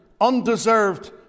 undeserved